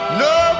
no